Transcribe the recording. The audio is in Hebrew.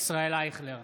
ישראל אייכלר,